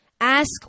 ask